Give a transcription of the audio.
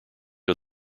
are